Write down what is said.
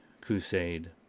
crusade